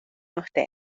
usted